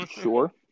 Sure